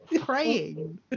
Praying